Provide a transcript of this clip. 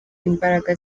imbaraga